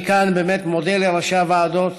אני, כאן, באמת מודה לראשי הוועדות,